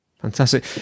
Fantastic